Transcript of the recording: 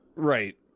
Right